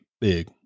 big